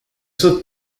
saute